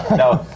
no,